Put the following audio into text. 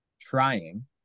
trying